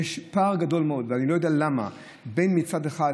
יש פער גדול מאוד, ואני לא יודע למה, בין ההשקעה,